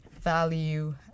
value